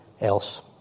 else